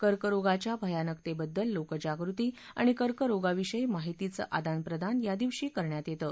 कर्करोगाच्या भयानकतेबद्दल लोकजागृती आणि कर्करोगाविषयी माहितीचं आदानप्रदान या दिवशी करण्यात येतं